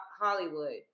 Hollywood